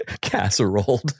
casserole